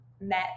met